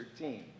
13